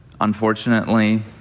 Unfortunately